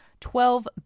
twelve